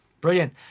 brilliant